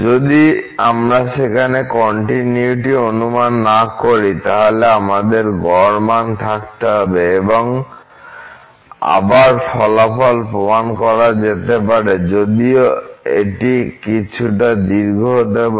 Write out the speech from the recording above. যদি আমরা সেখানে কন্টিনিউয়িটি অনুমান না করি তাহলে আমাদের গড় মান থাকতে হবে এবং আবার ফলাফল প্রমাণ করা যেতে পারে যদিও এটি কিছুটা দীর্ঘ হতে পারে